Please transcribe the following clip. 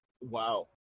Wow